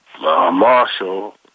Marshall